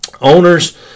owners